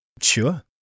Sure